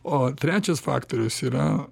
o trečias faktorius yra